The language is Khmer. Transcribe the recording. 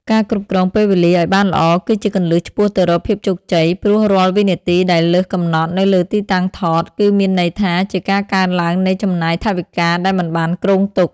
ការគ្រប់គ្រងពេលវេលាឱ្យបានល្អគឺជាគន្លឹះឆ្ពោះទៅរកភាពជោគជ័យ ព្រោះរាល់វិនាទីដែលលើសកំណត់នៅលើទីតាំងថត គឺមានន័យថាជាការកើនឡើងនៃចំណាយថវិកាដែលមិនបានគ្រោងទុក។